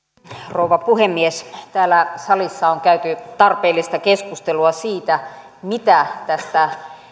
rouva puhemies täällä salissa on käyty tarpeellista keskustelua siitä mitä tästä